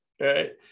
right